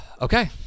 Okay